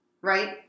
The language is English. right